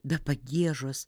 be pagiežos